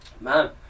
Man